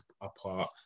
apart